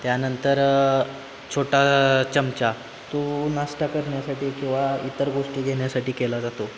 त्यानंतर छोटा चमचा तो नाश्ता करण्यासाठी किंवा इतर गोष्टी घेण्यासाठी केला जातो